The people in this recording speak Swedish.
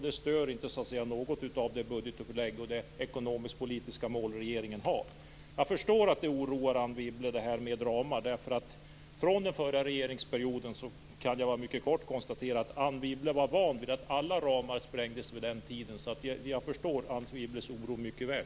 Det stör inte något av de budgetupplägg och de ekonomiskpolitiska mål som regeringen har. Jag förstår att detta med ramar oroar Anne Wibble. Från den förra regeringsperioden kan jag bara kort konstatera att Anne Wibble var van vid att alla ramar sprängdes. Jag förstår Anne Wibbles oro mycket väl.